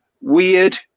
weird